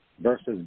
versus